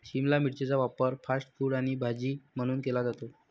शिमला मिरचीचा वापर fast food आणि भाजी म्हणून केला जातो